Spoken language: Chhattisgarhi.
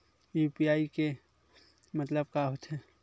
यू.पी.आई के मतलब का होथे?